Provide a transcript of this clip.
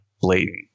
blatant